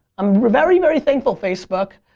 i'm very, very thankful facebook.